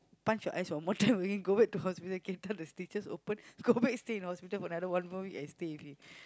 punch your eyes one more time you can go back to hospital get the stitches open go back stay in hospital for another one more week I stay with you